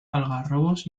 algarrobos